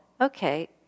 okay